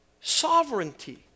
sovereignty